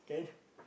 can